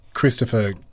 Christopher